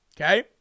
Okay